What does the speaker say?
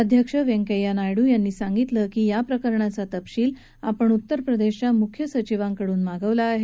अध्यक्ष व्यंकय्या नायडू यांनी सांगितलं की या प्रकरणाचा तपशिल आपण उत्तर प्रदेशच्या मुख्य सचिवाकडून मागवला आहे